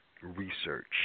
research